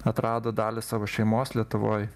atrado dalį savo šeimos lietuvoj